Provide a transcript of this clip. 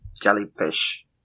jellyfish